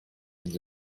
and